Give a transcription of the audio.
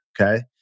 okay